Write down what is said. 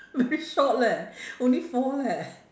very short leh only four leh